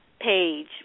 page